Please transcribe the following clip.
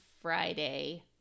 Friday